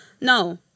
No